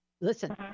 Listen